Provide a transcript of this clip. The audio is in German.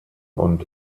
und